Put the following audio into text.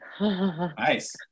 Nice